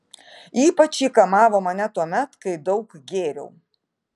ypač ji kamavo mane tuomet kai daug gėriau